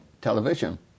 television